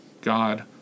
God